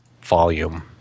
volume